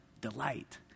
delight